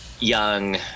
Young